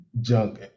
junk